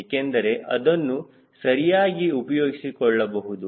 ಏಕೆಂದರೆ ಅದನ್ನು ಸರಿಯಾಗಿ ಉಪಯೋಗಿಸಿಕೊಳ್ಳಬಹುದು